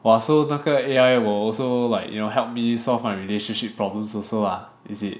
!wah! so 那个 A_I will also like you know help me solve my relationship problems also lah is it